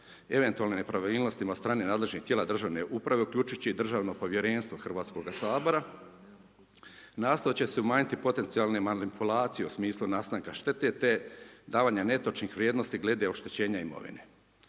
eventualne nepravilnostima od strane nadležnih tijela državne uprave, uključujući i državno povjerenstvo Hrvatskoga sabora nastojat će se umanjiti potencijalne manipulacije u smislu nastanka štete te davanja netočnih vrijednosti glede oštećenja imovine.